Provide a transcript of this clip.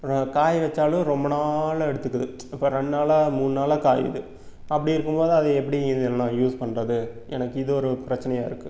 காய வைச்சாலும் ரொம்ப நாள் எடுத்துக்குது இப்போ ரெண்டு நாளாக மூணு நாளாக காயுது அப்படி இருக்கும்போது அதை எப்படி இதை நான் யூஸ் பண்ணுறது எனக்கு இது ஒரு பிரச்சினையா இருக்குது